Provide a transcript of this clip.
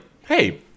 Hey